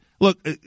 look